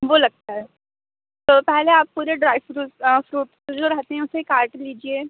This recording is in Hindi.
वो लगता है तो पहले आप पूरे ड्राई फ्रूस फ्रूट्स जो रहते हैं उसे काट लीजिए